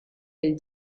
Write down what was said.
del